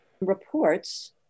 reports